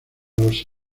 los